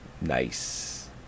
Nice